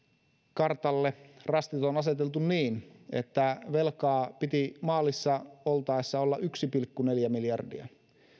kartalle rastit on aseteltu niin että velkaa piti maalissa oltaessa olla yksi pilkku neljä miljardia